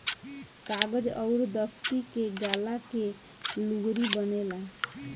कागज अउर दफ़्ती के गाला के लुगरी बनेला